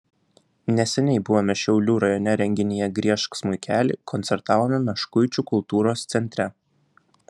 neseniai buvome šiaulių rajone renginyje griežk smuikeli koncertavome meškuičių kultūros centre